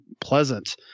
pleasant